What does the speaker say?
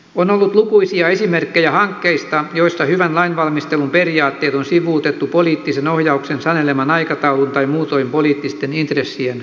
on ollut lukuisia esimerkkejä hankkeista joissa hyvän lainvalmistelun periaatteet on sivuutettu poliittisen ohjauksen saneleman aikataulun tai muutoin poliittisten intressien vuoksi